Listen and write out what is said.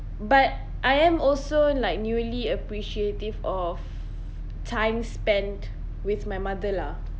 but I am also like newly appreciative of time spent with my mother lah